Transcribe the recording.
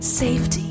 safety